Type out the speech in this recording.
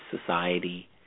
society